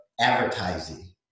advertising